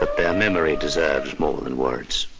but their memory deserves more than words.